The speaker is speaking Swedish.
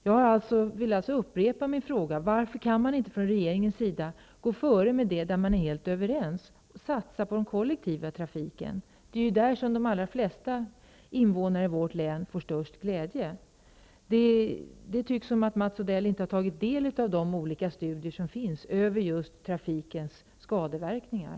Jag upprepar min fråga. Varför kan inte regeringen gå före där alla är helt överens och satsa på den kollektiva trafiken? Det är det som de allra flesta invånarna i vårt län får störst glädje av. Det tycks som om Mats Odell inte har tagit del av de olika studier som finns över just trafikens skadeverkningar.